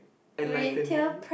enlighten me